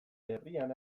herrian